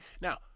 now